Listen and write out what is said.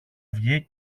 βγει